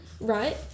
right